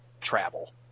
travel